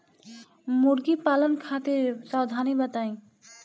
मुर्गी पालन खातिर सावधानी बताई?